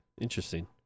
Interesting